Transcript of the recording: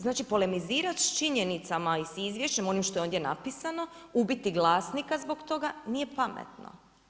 Znači, polemizirati s činjenicama i s izvještajima s onim što je ondje napisano, ubiti vlasnika zbog toga nije pametno.